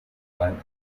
line